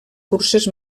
curses